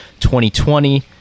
2020